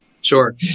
Sure